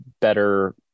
better